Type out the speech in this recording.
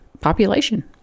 population